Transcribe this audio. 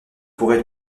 pourrais